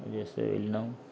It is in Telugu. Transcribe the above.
చేస్తే వెళ్ళినాం